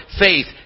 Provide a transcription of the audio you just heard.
faith